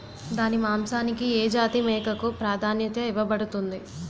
దాని మాంసానికి ఏ జాతి మేకకు ప్రాధాన్యత ఇవ్వబడుతుంది?